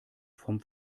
vom